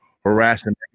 harassing